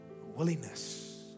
willingness